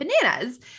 bananas